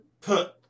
put